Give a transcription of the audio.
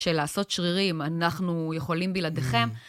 של לעשות שרירים אנחנו יכולים בלעדיכם.